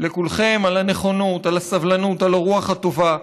לכולכם על הנכונות, על הסבלנות, על הרוח הטובה.